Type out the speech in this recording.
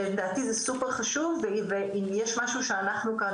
לדעתי זה סופר חשוב ואם יש משהו שאנחנו כאן,